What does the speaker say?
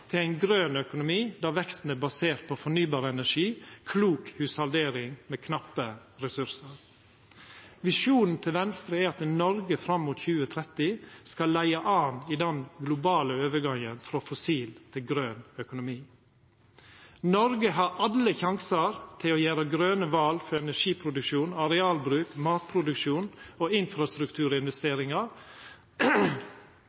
til ein grøn økonomi, der veksten er basert på fornybar energi og klok hushaldering med knappe ressursar. Visjonen til Venstre er at Noreg fram mot 2030 skal leia an i den globale overgangen frå fossil til grøn økonomi. Noreg har alle sjansar til å gjera grøne val for energiproduksjon, arealbruk, matproduksjon og